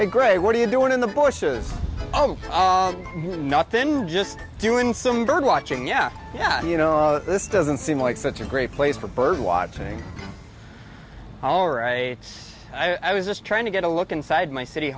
a gray what do you do in the bushes oh oh i'm not then just doing some bird watching yeah yeah you know this doesn't seem like such a great place for bird watching all right i was just trying to get a look inside my city